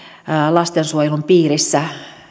lastensuojelun piirissä